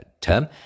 term